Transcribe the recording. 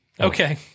Okay